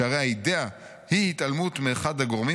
שהרי 'האידיאה היא התעלמות מאחד הגורמים